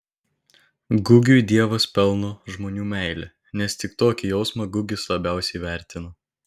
gugiui dievas pelno žmonių meilę nes tik tokį jausmą gugis labiausiai vertina